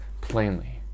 plainly